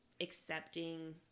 accepting